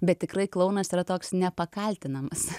bet tikrai klounas yra toks nepakaltinamas